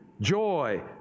joy